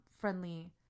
friendly